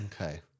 Okay